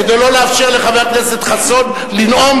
כדי שלא לאפשר לחבר הכנסת חסון לנאום